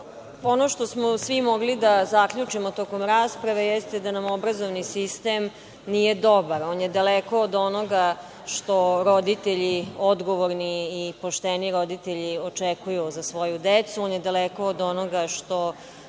što smo svi mogli da zaključimo tokom rasprave jeste da nam obrazovni sistem nije dobar. On je daleko od onoga što roditelji odgovorni, pošteni roditelji očekuju za svoju decu, on je daleko od onoga što